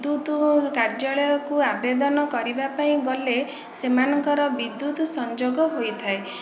ବିଦ୍ୟୁତ କାର୍ଯ୍ୟାଳୟକୁ ଆବେଦନ କରିବା ପାଇଁ ଗଲେ ସେମାନଙ୍କର ବିଦ୍ୟୁତ ସଂଯୋଗ ହେଇଥାଏ